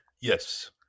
Yes